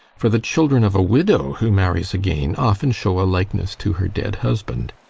for the children of a widow who marries again often show a likeness to her dead husband.